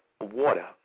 water